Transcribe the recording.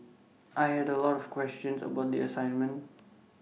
I had A lot of questions about the assignment